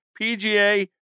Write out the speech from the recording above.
PGA